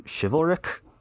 chivalric